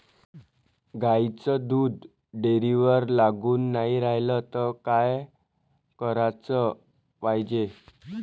गाईचं दूध डेअरीवर लागून नाई रायलं त का कराच पायजे?